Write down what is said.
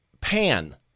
pan